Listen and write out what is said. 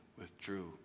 withdrew